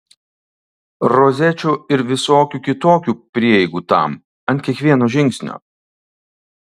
rozečių ir visokių kitokių prieigų tam ant kiekvieno žingsnio